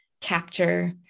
capture